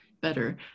better